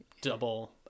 double